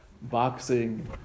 Boxing